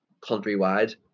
countrywide